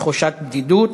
תחושת בדידות,